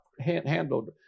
handled